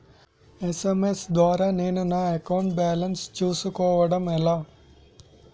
SMS ద్వారా నేను నా అకౌంట్ బాలన్స్ చూసుకోవడం ఎలా?